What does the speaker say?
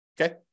Okay